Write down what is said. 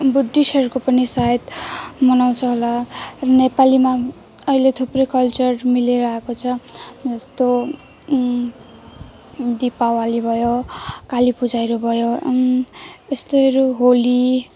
बुद्धिस्टहरूको पनि सायद मनाउँछ होला नेपालीमा अहिले थुप्रै कल्चर मिलेर आएको छ जस्तो दिपावली भयो काली पूजाहरू भयो यस्तोहरू होली